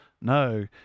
No